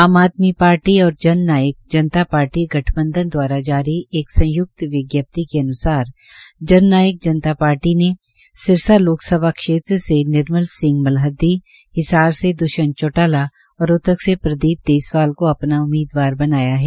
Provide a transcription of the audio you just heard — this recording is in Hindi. आज आदमी पार्टी और जन नायक जनता पार्टी गठबंधन दवारा एक संयुक्त विज्ञप्ति के अन्सार जन नायक जनता पार्टी ने सिरसा लोकसभा क्षेत्र से निर्मल सिंह मल्हद्दी हिसार से द्वष्यंत चौटाला और रोहतक से प्रदीप देसवाल को अपना उम्मीदवार बनाया है